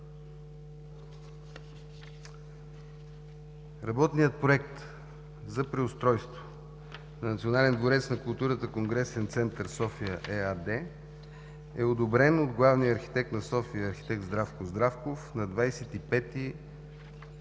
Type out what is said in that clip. Работният проект за преустройство на „Национален дворец на културата – Конгресен център София“ ЕАД е одобрен от главния архитект на София арх. Здравко Здравков на 25